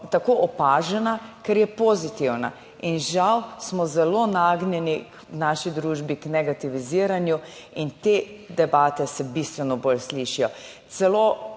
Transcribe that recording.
tako opažena, ker je pozitivna in žal smo zelo nagnjeni v naši družbi k negativiziranju in te debate se bistveno bolj slišijo.